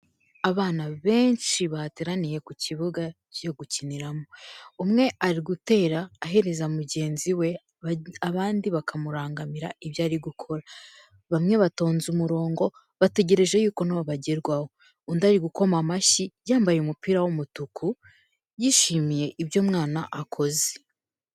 Abana benshi bateraniye ku kibuga cyo gukiniramo. Umwe ari gutera ahereza mugenzi we, abandi bakamurangamira ibyo ari gukora. Bamwe batonze umurongo bategereje yuko bagerwaho. Undi ari gukoma amashyi, yambaye umupira w'umutuku, yishimiye ibyo umwana akoze.